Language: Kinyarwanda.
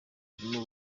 turimo